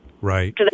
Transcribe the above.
Right